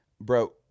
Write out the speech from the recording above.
bro